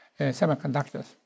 semiconductors